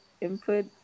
input